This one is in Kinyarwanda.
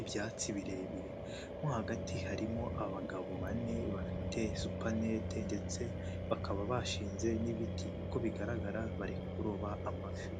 ibyatsi birebire, mo hagati harimo abagabo bane bafite supanete ndetse bakaba bashinze n'ibiti, uko bigaragara bari kuroba amafi.